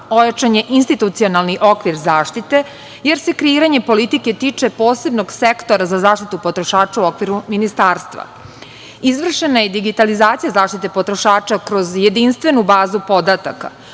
Ojačan je institucionalni okvir zaštite, jer se kreiranje politike tiče posebnog sektora za zaštitu potrošača u okviru ministarstva. Izvršena je digitalizacija zaštite potrošača kroz jedinstvenu bazu podataka.